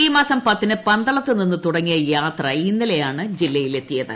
ഈ മാസം പത്തിന് പന്തളത്തുനിന്ന് തുടങ്ങിയ യാത്ര ഇന്നലെയാണ് ജില്ലയിലെത്തിയത്